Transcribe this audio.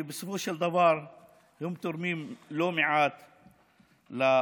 ובסופו של דבר הם תורמים לא מעט לאוכלוסייה.